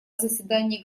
заседании